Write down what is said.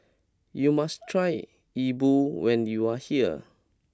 you must try Yi Bua when you are here